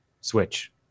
Switch